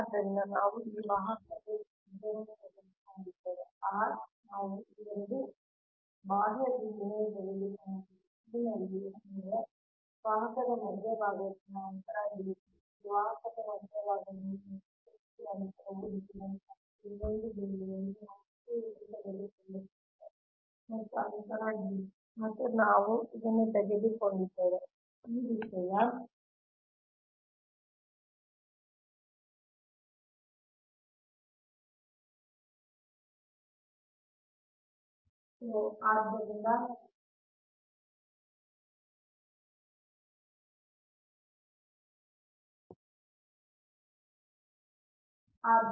ಆದ್ದರಿಂದ ನಾವು ಈ ವಾಹಕದ ಈ ತ್ರಿಜ್ಯಕ್ಕೆ ತೆಗೆದುಕೊಂಡಿದ್ದೇವೆ r ನಾವು 2 ಬಾಹ್ಯ ಬಿಂದುವನ್ನು ತೆಗೆದುಕೊಂಡಿದ್ದೇವೆ p ನಲ್ಲಿ ಅಂದರೆ ವಾಹಕದ ಮಧ್ಯಭಾಗದಿಂದ ಅಂತರ D 1 ಇದು ವಾಹಕದ ಮಧ್ಯಭಾಗದಿಂದ ಈ ಹಂತಕ್ಕೆ p ಅಂತರವು D 1 ಮತ್ತು ಇನ್ನೊಂದು ಬಿಂದುವನ್ನು ನಾವು q ತೆಗೆದುಕೊಂಡಿದ್ದೇವೆ ಮತ್ತು ಅಂತರ D 2 ಮತ್ತು ನಾವು ಇದನ್ನು ತೆಗೆದುಕೊಂಡಿದ್ದೇವೆ ಈ ವಿಷಯ D 2 ಮತ್ತು ಈ 2 ಬಿಂದುಗಳು ಬಾಹ್ಯವಾಗಿವೆ ಇವು ನಾವು ಸರಿಯಾಗಿ ತೆಗೆದುಕೊಂಡಿರುವ ಫ್ಲಕ್ಸ್ ಲೈನ್